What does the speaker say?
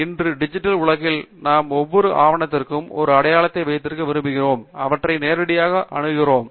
இன்று டிஜிட்டல் உலகில் நாம் ஒவ்வொரு ஆவணத்திற்கும் ஒரு அடையாளத்தை வைத்திருக்க விரும்புகிறோம் அவற்றை நேரடியாக அணுகுவோம்